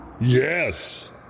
Yes